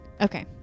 Okay